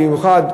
במיוחד,